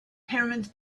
pyramids